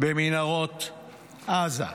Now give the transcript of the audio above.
במנהרות עזה.